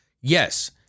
yes